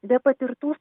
be patirtų